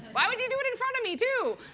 why would you do it in front of me too?